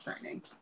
training